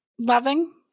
Loving